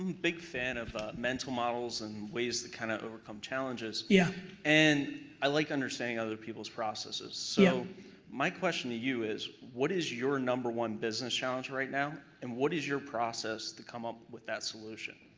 um big fan of ah mental models and ways to kind of overcome challenges, yeah and i like understanding other people's processes. so my question to you is what is your number one business challenge right now? and what is your process to come up with that solution?